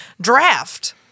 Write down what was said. draft